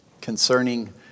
concerning